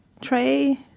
tray